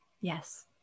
Yes